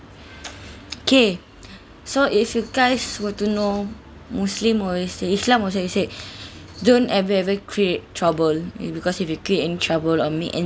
K so if you guys were to know muslim or is islam always said don't ever ever create trouble it because if create any trouble or make any